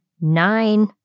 nine